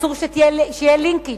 אסור שיהיה לינקג'